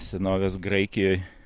senovės graikijoj